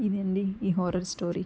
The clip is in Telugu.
ఇది అండీ ఈ హారర్ స్టోరీ